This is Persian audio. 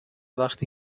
وقتی